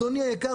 אדוני היקר,